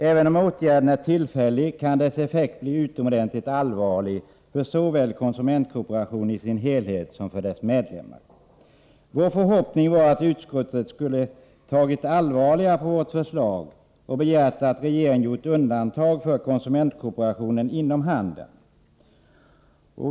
Även om åtgärden är tillfällig kan dess effekt bli utomordentligt allvarlig för såväl konsumentkooperationen i dess helhet som för dess medlemmar. Vår förhoppning var att utskottet skulle ha tagit allvarligare på vårt förslag än det har gjort och begärt att regeringen undantar konsumentkooperationen inom handeln.